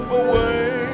away